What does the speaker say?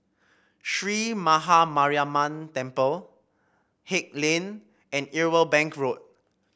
Sree Maha Mariamman Temple Haig Lane and Irwell Bank Road